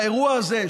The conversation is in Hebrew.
באירוע הזה,